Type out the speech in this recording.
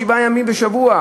שבעה ימים בשבוע,